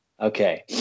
Okay